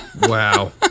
Wow